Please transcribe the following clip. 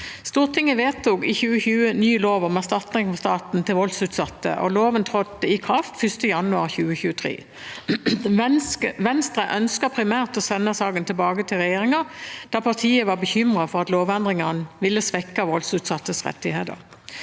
Stortinget vedtok i 2020 ny lov om erstatning fra staten til voldsutsatte, og loven trådte i kraft 1. januar 2023. Venstre ønsket primært å sende saken tilbake til regjeringen, da partiet var bekymret for at lovendringene ville svekke voldsutsattes rettigheter.